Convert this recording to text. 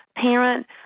parent